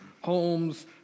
homes